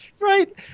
Right